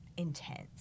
Intense